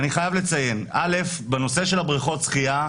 אני חייב לציין, א', בנושא של בריכות השחייה,